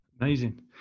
Amazing